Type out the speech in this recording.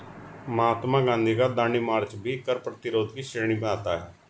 महात्मा गांधी का दांडी मार्च भी कर प्रतिरोध की श्रेणी में आता है